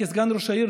כסגן ראש העיר,